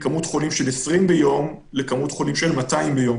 מכמות חולים של 20 ביום לכמות חולים של 200 ביום,